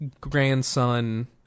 grandson